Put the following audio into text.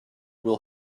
will